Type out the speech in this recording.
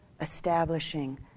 establishing